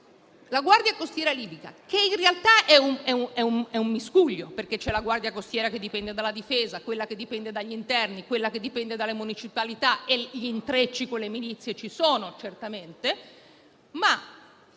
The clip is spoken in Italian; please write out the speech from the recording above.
la guardia costiera libica, che in realtà è un miscuglio (perché c'è la guardia costiera che dipende dalla difesa, quella che dipende dagli interni, quella che dipende dalle municipalità e ci sono certamente gli